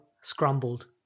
scrambled